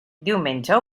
diumenge